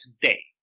today